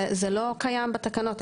זה לא קיים בתקנות.